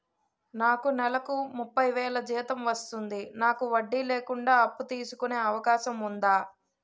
నాకు నేలకు ముప్పై వేలు జీతం వస్తుంది నాకు వడ్డీ లేకుండా అప్పు తీసుకునే అవకాశం ఉందా